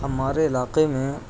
ہمارے علاقے میں